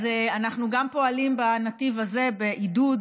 אז אנחנו גם פועלים בנתיב הזה, בעידוד.